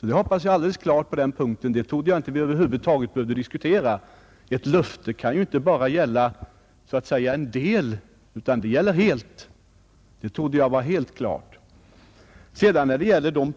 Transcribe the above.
Jag hoppas att detta är fullt klart — jag trodde inte att vi över huvud taget skulle behöva diskutera den saken. Ett löfte kan ju inte bara gälla delvis, utan det gäller helt. Vilka